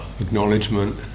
acknowledgement